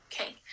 Okay